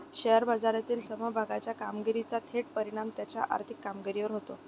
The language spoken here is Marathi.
शेअर बाजारातील समभागाच्या कामगिरीचा थेट परिणाम त्याच्या आर्थिक कामगिरीवर होतो